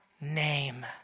name